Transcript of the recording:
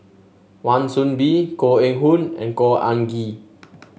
Wan Soon Bee Koh Eng Hoon and Khor Ean Ghee